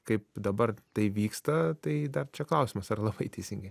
kaip dabar tai vyksta tai dar čia klausimas ar labai teisingai